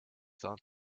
thought